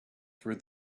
through